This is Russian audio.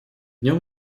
нем